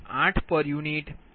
5p